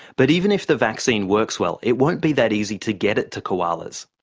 but even if the vaccine works well it won't be that easy to get it to koalas.